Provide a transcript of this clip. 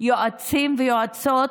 יועצים ויועצות,